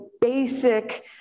basic